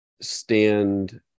stand